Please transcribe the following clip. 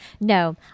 No